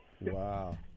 Wow